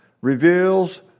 reveals